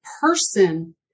person